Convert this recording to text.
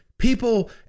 People